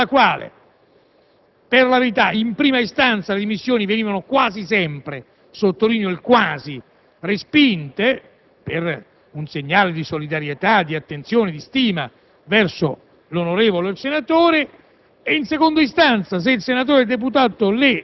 c'è un'antica prassi parlamentare per la quale, per la verità, in prima istanza, le dimissioni venivano quasi sempre - sottolineo il quasi - respinte, per un segnale di solidarietà, di attenzione e di stima verso l'onorevole o senatore